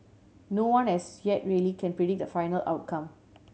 no one as yet really can predict the final outcome